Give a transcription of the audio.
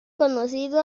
conocido